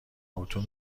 اتو